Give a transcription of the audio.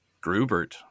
Grubert